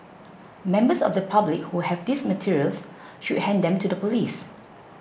members of the public who have these materials should hand them to the police